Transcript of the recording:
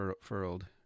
furled